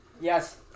Yes